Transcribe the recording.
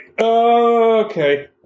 Okay